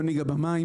לא ניגע במים,